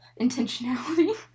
intentionality